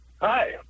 Hi